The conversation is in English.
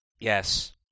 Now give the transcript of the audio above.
Yes